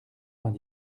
vingt